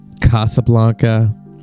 Casablanca